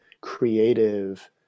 creative